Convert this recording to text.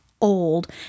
old